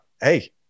hey